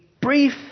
brief